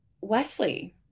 Wesley